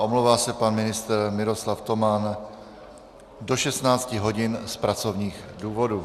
Omlouvá se pan ministr Miroslav Toman do 16 hodin z pracovních důvodů.